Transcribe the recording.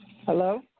Hello